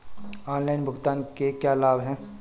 Online भुगतान के क्या लाभ हैं?